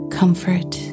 comfort